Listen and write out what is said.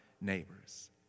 neighbors